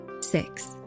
Six